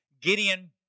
Gideon